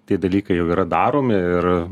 tie dalykai jau yra daromi ir